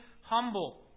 humble